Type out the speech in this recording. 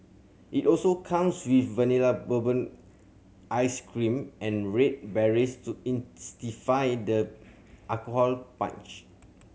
it also comes with Vanilla Bourbon ice cream and red berries to the alcohol punch